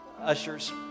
ushers